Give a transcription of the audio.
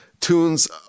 tunes